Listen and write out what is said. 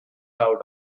out